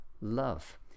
love